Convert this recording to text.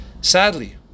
Sadly